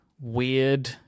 weird